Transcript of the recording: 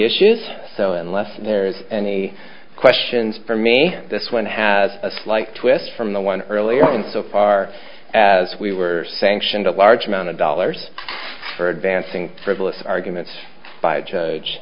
issues so unless there is any questions for me this one has a slight twist from the one early on so far as we were sanctioned a large amount of dollars for advancing frivolous arguments by judge